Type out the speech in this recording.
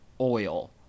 oil